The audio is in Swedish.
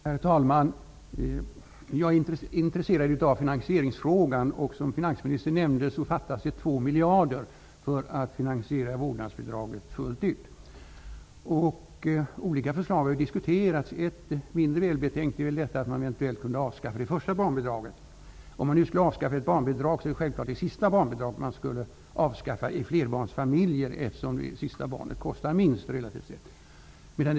Herr talman! Jag är intresserad av finansieringsfrågan. Som finansministern nämnde fattas det 2 miljarder kronor för att finansiera vårdnadsbidraget fullt ut. Det har diskuterats olika förslag. Ett mindre välbetänkt är detta att man eventuellt skulle avskaffa det första barnbidraget. Om vi skall avskaffa ett barnbidrag är det självfallet det sista barnbidraget i flerbarnsfamiljer som vi skall avskaffa eftersom det sista barnet relativt sett kostar minst.